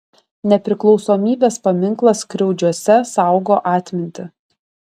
nepriklausomybės paminklas skriaudžiuose saugo atmintį